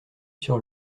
sur